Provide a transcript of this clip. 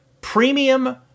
premium